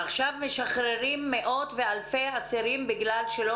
עכשיו משחררים מאות ואלפי אסירים בגלל שלא